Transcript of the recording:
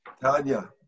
Tanya